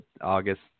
August